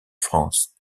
france